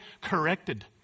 corrected